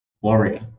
warrior